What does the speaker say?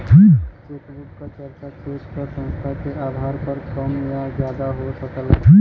chequebook क charge cheque क संख्या के आधार पर कम या ज्यादा हो सकला